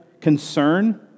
concern